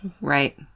Right